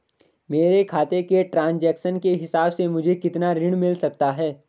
मेरे खाते के ट्रान्ज़ैक्शन के हिसाब से मुझे कितना ऋण मिल सकता है?